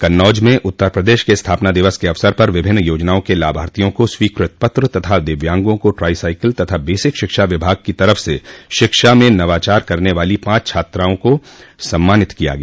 कन्नौज में उत्तर प्रदेश के स्थापना दिवस के अवसर पर विभिन्न योजनाओं के लाभार्थियों को स्वीकृत पत्र तथा दिव्यांगों को ट्राई साईकिल तथा बेसिक शिक्षा विभाग की तरफ से शिक्षा में नवाचार करने वाली पांच छात्राओं को सम्मानित किया गया